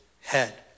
head